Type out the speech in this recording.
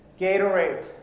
Gatorade